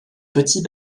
petit